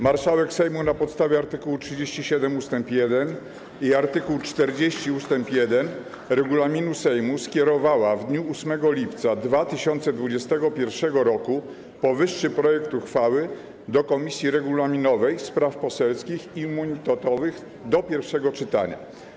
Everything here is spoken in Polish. Marszałek Sejmu na podstawie art. 37 ust. 1 i art. 40 ust. 1 regulaminu Sejmu skierowała w dniu 8 lipca 2021 r. powyższy projekt uchwały do Komisji Regulaminowej, Spraw Poselskich i Immunitetowych do pierwszego czytania.